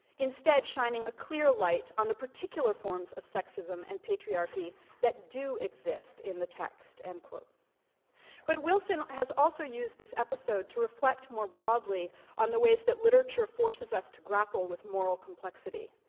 instead shining a clear light on the particular forms of sexism and patriarchy that do exist in the text. and but wilson has also used this episode to reflect more broadly on the ways that literature forces us to grapple with moral complexity.